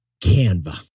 Canva